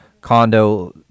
condo